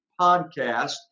podcast